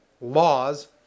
laws